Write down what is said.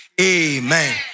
Amen